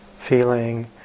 feeling